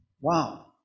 wow